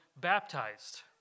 baptized